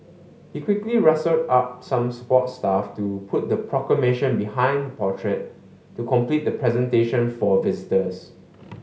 he quickly rustled up some support staff to put the Proclamation behind the portrait to complete the presentation for visitors